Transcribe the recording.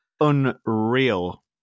unreal